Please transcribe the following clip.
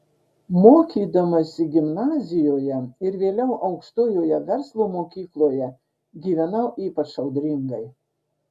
mokydamasi gimnazijoje ir vėliau aukštojoje verslo mokykloje gyvenau ypač audringai